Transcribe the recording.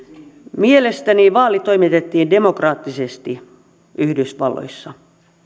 mielestäni vaali toimitettiin demokraattisesti yhdysvalloissa